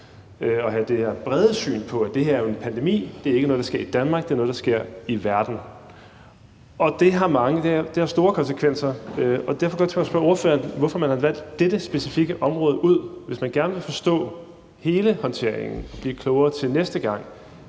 og have det her brede syn på, at det her jo er en pandemi; det er ikke noget, der kun sker i Danmark, det er noget, der sker i verden. Det har store konsekvenser, og derfor kunne jeg godt tænke mig at spørge ordføreren, hvorfor man har valgt dette specifikke område ud. Hvis man gerne vil forstå hele håndteringen og blive klogere til næste gang,